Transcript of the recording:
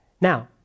Now